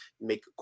make